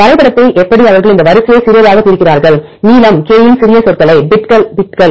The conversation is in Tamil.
வரைபடத்தை எப்படி அவர்கள் இந்த வரிசையை சிறியதாக பிரிக்கிறார்கள் நீளம் k இன் சிறிய சொற்களை பிட்கள்